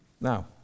Now